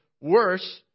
worse